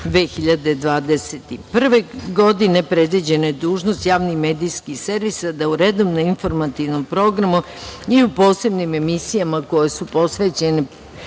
2021. godine. Predviđena je dužnost javnih medijskih servisa da u redovan informativni program i u posebnim emisijama koje su posvećene